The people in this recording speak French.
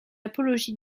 apologie